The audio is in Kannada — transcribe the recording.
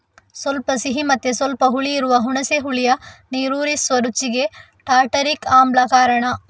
ಸ್ವಲ್ಪ ಸಿಹಿ ಮತ್ತೆ ಸ್ವಲ್ಪ ಹುಳಿ ಇರುವ ಹುಣಸೆ ಹುಳಿಯ ನೀರೂರಿಸುವ ರುಚಿಗೆ ಟಾರ್ಟಾರಿಕ್ ಆಮ್ಲ ಕಾರಣ